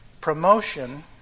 Promotion